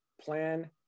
plan